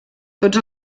tots